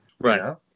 Right